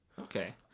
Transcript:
Okay